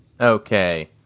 Okay